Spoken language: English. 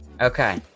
Okay